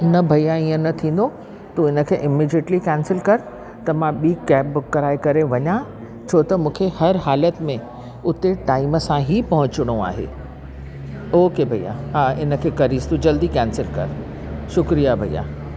न भैया ईअं न थींदो तूं इनखे इमिजेटली केंसिल कर त मां ॿी कैब बुक कराइ करे वञा छो त मूंखे हर हालत में उते टाइम सां ई पहुचणो आहे ओके भैया हा इनखे करीस तूं जल्दी केंसिल कर शुक्रिया भैया